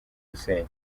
gusenya